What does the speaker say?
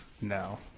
No